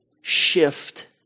shift